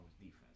defense